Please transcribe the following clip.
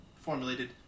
formulated